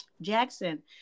Jackson